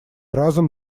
разом